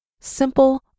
simple